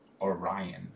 Orion